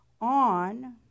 on